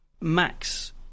Max